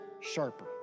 sharper